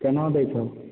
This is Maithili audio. केना दै छऽ